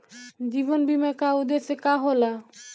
जीवन बीमा का उदेस्य का होला?